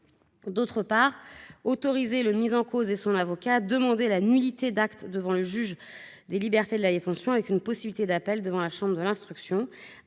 souhaitons autoriser le mis en cause et son avocat à demander la nullité d'actes devant le juge des libertés et de la détention, avec une possibilité d'appel devant la chambre de l'instruction.